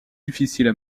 difficiles